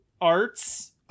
arts